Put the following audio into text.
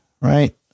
right